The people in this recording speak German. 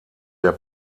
der